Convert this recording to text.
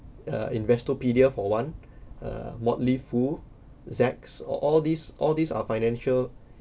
uh investopedia for one uh motley fool that's all all these all these are financial